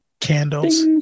candles